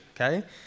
okay